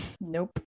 nope